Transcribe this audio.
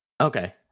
Okay